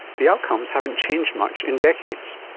the outcomes haven't changed much in decades,